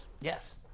Yes